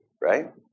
right